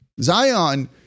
Zion